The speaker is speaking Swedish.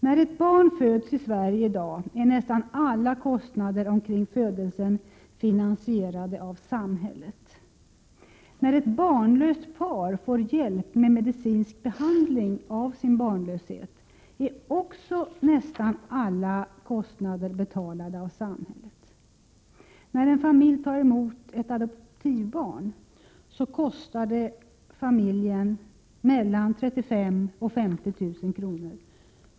När ett barn föds i Sverige i dag är nästan alla kostnader omkring födelsen finansierade av samhället. När ett barnlöst par får hjälp med medicinsk behandling av sin barnlöshet, är också nästan alla kostnader betalade av samhället. När en familj tar emot ett adoptivbarn, kostar det familjen mellan 35 000 och 50 000 kr.